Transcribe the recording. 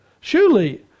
Surely